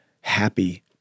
happy